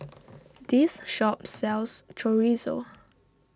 this shop sells Chorizo